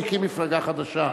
הוא הקים מפלגה חדשה?